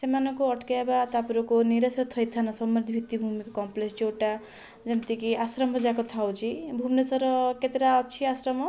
ସେମାନଙ୍କୁ ଅଟକେଇବା ତପରକୁ ନିରଶ ଥଇଥାନ ଯେଉଁଟା ଯେମିତିକି ଆଶ୍ରମ ଯାକ ଥାଉଛି ଭୁବନେଶ୍ୱରର କେତେଟା ଅଛି ଆଶ୍ରମ